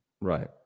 Right